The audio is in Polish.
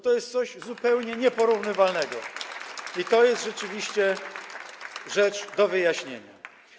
To jest coś zupełnie nieporównywalnego i to jest rzeczywiście rzecz do wyjaśnienia.